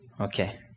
Okay